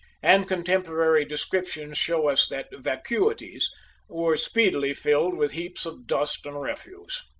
and contemporary descriptions show us that vacuities were speedily filled with heaps of dust and refuse.